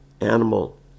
animal